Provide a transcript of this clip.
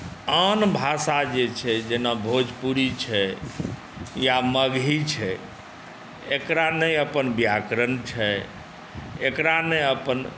आन भाषा जे छै जेना भोजपुरी छै या मगही छै एकरा नहि अपन व्याकरण छै एकरा नहि अपन